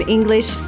English